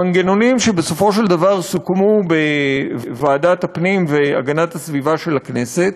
המנגנונים שבסופו של דבר סוכמו בוועדת הפנים והגנת הסביבה של הכנסת,